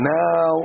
now